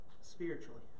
spiritually